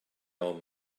old